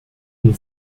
une